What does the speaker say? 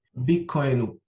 bitcoin